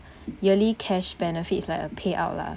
yearly cash benefits like a payout lah